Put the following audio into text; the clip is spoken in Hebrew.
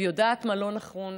ויודעת מה לא נכון,